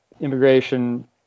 Immigration